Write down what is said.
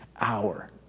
hour